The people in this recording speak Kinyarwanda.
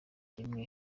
imwe